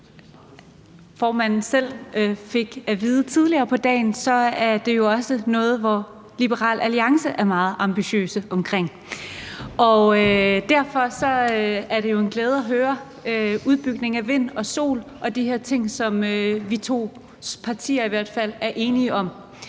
formand selv fik at vide tidligere på dagen, er det også noget, som Liberal Alliance er meget ambitiøs omkring, og derfor er det en glæde at høre om udbygning af vind og sol og de her ting, som vores to partier i hvert fald er enige om.